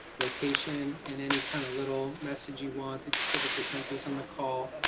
location and any kind of little message you want to just give us. a sense who's on the call.